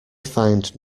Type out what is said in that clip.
find